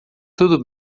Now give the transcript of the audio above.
tudo